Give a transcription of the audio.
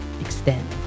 extend